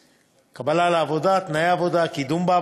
(1) קבלה לעבודה, (2) תנאי עבודה, (3)